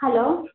hello